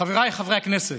חבריי חברי הכנסת,